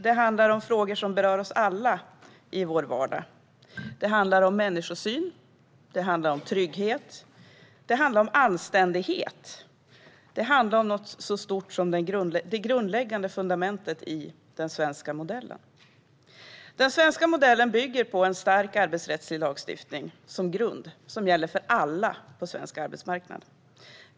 Det handlar om frågor som berör oss alla i vår vardag. Det handlar om människosyn, trygghet och anständighet. Det handlar om något så stort som fundamentet i den svenska modellen. Den svenska modellen bygger på en stark arbetsrättslig lagstiftning. Det är en grund som gäller för alla på svensk arbetsmarknad.